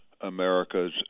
America's